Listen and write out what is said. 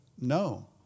no